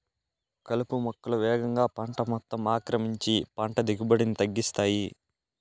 కలుపు మొక్కలు వేగంగా పంట మొత్తం ఆక్రమించి పంట దిగుబడిని తగ్గిస్తాయి